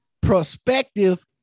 prospective